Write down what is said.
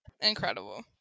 incredible